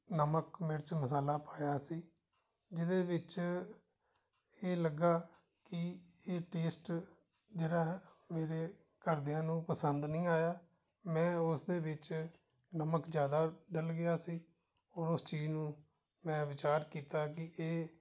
ਨਮਕ ਮਿਰਚ ਮਸਾਲਾ ਪਾਇਆ ਸੀ ਜਿਹਦੇ ਵਿੱਚ ਇਹ ਲੱਗਾ ਕਿ ਇਹ ਟੇਸਟ ਜਿਹੜਾ ਮੇਰੇ ਘਰਦਿਆਂ ਨੂੰ ਪਸੰਦ ਨਹੀਂ ਆਇਆ ਮੈਂ ਉਸ ਦੇ ਵਿੱਚ ਨਮਕ ਜ਼ਿਆਦਾ ਡਲ ਗਿਆ ਸੀ ਔਰ ਉਸ ਚੀਜ਼ ਨੂੰ ਮੈਂ ਵਿਚਾਰ ਕੀਤਾ ਕਿ ਇਹ